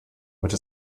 which